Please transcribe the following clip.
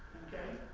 okay?